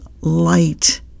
light